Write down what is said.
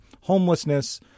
homelessness